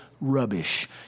rubbish